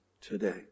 today